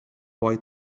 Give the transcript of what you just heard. boy